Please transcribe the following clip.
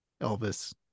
Elvis